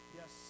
Yes